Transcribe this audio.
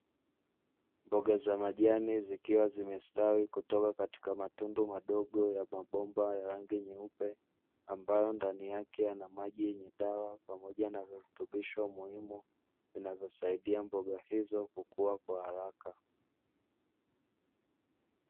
Mboga za majani zikiwa zimestawi kutoka katika matundu madogo ya mabomba ya rangi nyeupe ambayo ndani yake yana maji yenye dawa pamoja na virutubisho muhimu vinavyosaidia mboga hizo kukua kwa haraka.